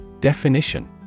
Definition